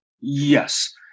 Yes